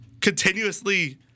continuously